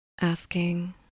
Asking